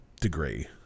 degree